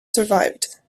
survived